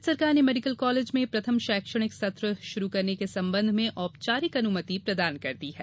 भारत सरकार ने medical college में प्रथम शैक्षणिक सत्र प्रारंभ करने के संबंध में औपचारिक अनुमति प्रदान कर दी है